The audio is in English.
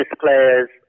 players